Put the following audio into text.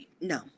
no